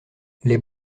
les